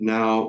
Now